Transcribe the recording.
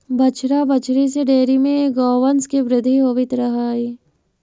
बछड़ा बछड़ी से डेयरी में गौवंश के वृद्धि होवित रह हइ